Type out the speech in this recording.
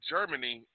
Germany